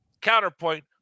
counterpoint